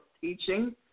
teaching